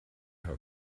her